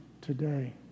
today